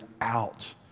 out